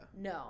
No